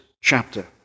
chapter